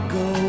go